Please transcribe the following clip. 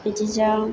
बिदिजों